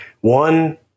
one